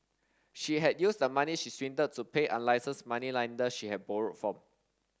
she had used the money she swindled to pay unlicensed moneylender she had borrowed from